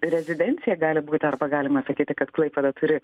rezidencija gali būti arba galima sakyti kad klaipėda turi